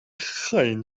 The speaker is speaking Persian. خاین